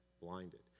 blinded